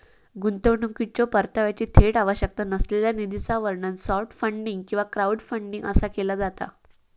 गुंतवणुकीच्यो परताव्याची थेट आवश्यकता नसलेल्या निधीचा वर्णन सॉफ्ट फंडिंग किंवा क्राऊडफंडिंग असा केला जाता